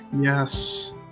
Yes